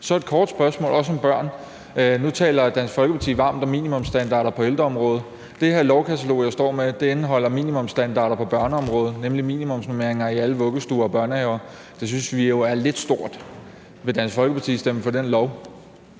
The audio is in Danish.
jeg et kort spørgsmål, også om børn: Nu taler Dansk Folkeparti varmt om minimumsstandarder på ældreområdet. Det her lovkatalog, jeg står med, indeholder minimumsstandarder på børneområdet, nemlig minimumsnormeringer i alle vuggestuer og børnehaver. Det synes vi jo er lidt stort. Vil Dansk Folkeparti stemme for det